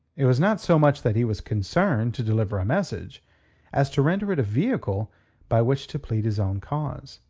it was not so much that he was concerned to deliver a message as to render it a vehicle by which to plead his own cause.